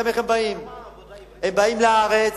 הם באים לארץ,